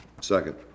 Second